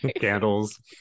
candles